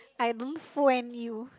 I don't fool and you